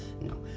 no